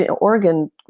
Oregon